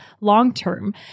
long-term